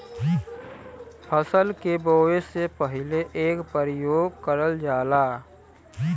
फसल के बोवे से पहिले एकर परियोग करल जाला